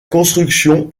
construction